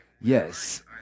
Yes